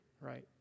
right